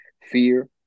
fear